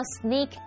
sneak